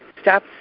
stop